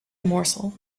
morsel